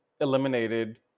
eliminated